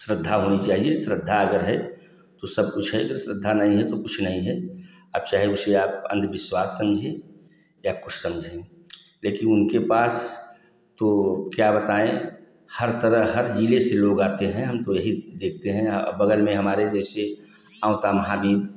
श्रद्धा होनी चाहिए श्रद्धा अगर है तो सब कुछ है अगर श्रद्धा नहीं है तो कुछ नहीं है अब चाहे उसे आप अन्धविश्वास समझें या कुछ समझें लेकिन उनके पास तो क्या बताएँ हर तरह हर ज़िले से लोग आते हैं हम तो यही देखते हैं बगल में हमारे जैसे अवका महावीर